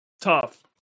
tough